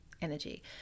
energy